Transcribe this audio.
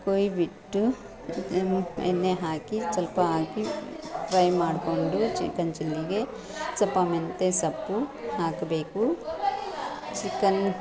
ಕೊಯ್ಬಿಟ್ಟು ಎಣ್ಣೆ ಹಾಕಿ ಸ್ವಲ್ಪ ಹಾಕಿ ಫ್ರೈ ಮಾಡಿಕೊಂಡು ಚಿಕನ್ ಚಿಲ್ಲಿಗೆ ಸ್ವಲ್ಪ ಮೆಂತ್ಯೆ ಸೊಪ್ಪು ಹಾಕಬೇಕು ಚಿಕನ್